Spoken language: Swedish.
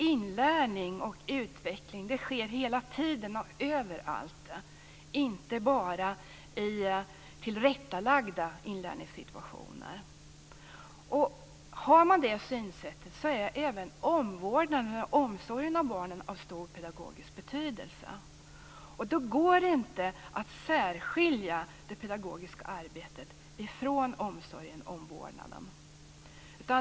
Inlärning och utveckling sker hela tiden och överallt - inte bara i tillrättalagda inlärningssituationer. Har man det synsättet är även omvårdnaden och omsorgen av barnen av stor pedagogisk betydelse. Då går det inte att särskilja det pedagogiska arbetet från omsorgen och omvårdnaden.